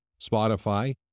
Spotify